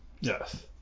Yes